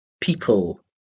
people